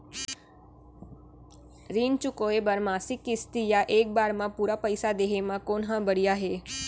ऋण चुकोय बर मासिक किस्ती या एक बार म पूरा पइसा देहे म कोन ह बढ़िया हे?